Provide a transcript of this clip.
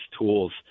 tools